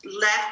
left